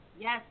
yes